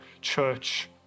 church